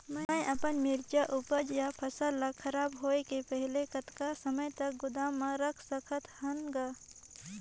मैं अपन मिरचा ऊपज या फसल ला खराब होय के पहेली कतका समय तक गोदाम म रख सकथ हान ग?